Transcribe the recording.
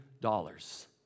dollars